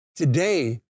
Today